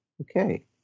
Okay